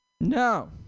No